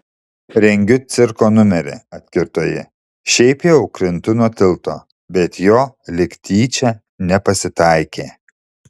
rengiu cirko numerį atkirto ji šiaip jau krintu nuo tilto bet jo lyg tyčia nepasitaikė